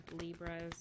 libras